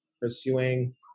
pursuing